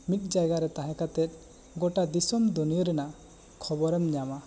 ᱢᱤᱫ ᱡᱟᱭᱜᱟ ᱨᱮ ᱛᱟᱦᱮᱸ ᱠᱟᱛᱮᱫ ᱜᱚᱴᱟ ᱫᱤᱥᱚᱢ ᱫᱩᱱᱤᱭᱟᱹ ᱨᱮᱱᱟᱜ ᱠᱷᱚᱵᱚᱨ ᱮᱢ ᱧᱟᱢᱟ